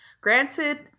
Granted